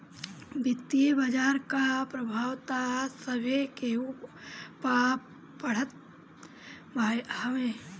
वित्तीय बाजार कअ प्रभाव तअ सभे केहू पअ पड़त हवे